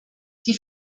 die